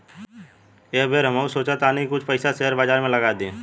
एह बेर हमहू सोचऽ तानी की कुछ पइसा शेयर बाजार में लगा दी